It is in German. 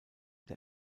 der